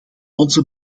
onze